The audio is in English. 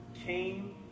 came